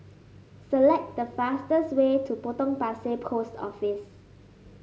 select the fastest way to Potong Pasir Post Office